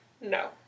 no